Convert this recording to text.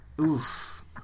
Oof